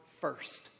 first